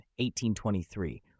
1823